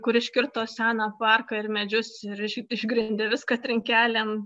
kur iškirto seną parką ir medžius ir išgrindė viską trinkelėm